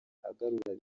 agarura